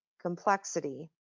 complexity